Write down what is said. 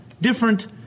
different